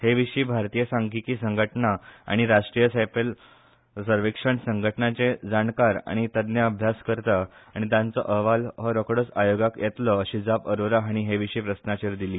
हेविशी भारतीय सांख्यीकी संघटना आनी राष्ट्रीय सँपल सर्वेक्षण संघटनाचे जाणकार आनी तज्ञ अभ्यास करता आनी तांचो अहवाल हो रोकडोच आयोगाक येतलो अशी जाप अरोरा हांणी हेविशी प्रस्नाचेर दिली